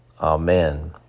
Amen